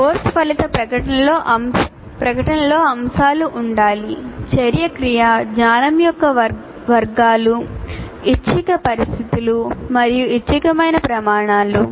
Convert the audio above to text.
course ఫలిత ప్రకటనలో అంశాలు ఉండాలి చర్య క్రియ జ్ఞానం యొక్క వర్గాలు ఐచ్ఛిక పరిస్థితులు మరియు ఐచ్ఛికమైన ప్రమాణాలు